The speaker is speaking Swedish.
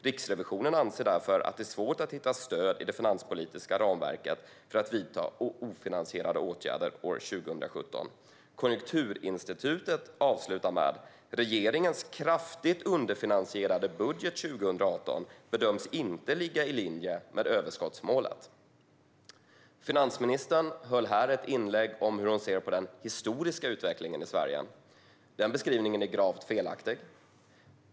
Riksrevisionen anser därför att det är svårt att hitta stöd i det finanspolitiska ramverket för att vidta ofinansierade åtgärder 2017." Konjunkturinstitutet skriver: "Regeringens kraftigt underfinansierade budget för 2018 bedöms inte ligga i linje med överskottsmålet." Finansministern höll här ett inlägg om hur hon ser på den historiska utvecklingen i Sverige. Den beskrivningen är gravt felaktig.